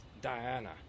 Diana